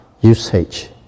usage